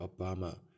Obama